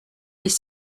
les